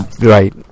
Right